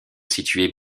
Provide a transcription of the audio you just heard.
situés